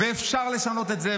ואפשר לשנות את זה,